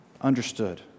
understood